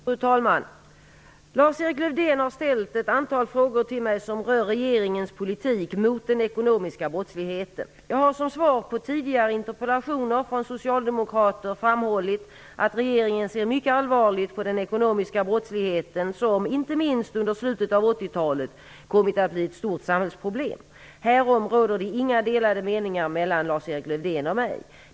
Fru talman! Lars-Erik Lövdén har ställt ett antal frågor till mig som rör regeringens politik mot den ekonomiska brottsligheten. Jag har som svar på tidigare interpellationer från Socialdemokraterna framhållit, att regeringen ser mycket allvarligt på den ekonomiska brottsligheten som, inte minst under slutet av 1980-talet, kommit att bli ett stort samhällsproblem. Härom råder det inga delade meningar mellan Lars-Erik Lövdén och mig.